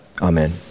Amen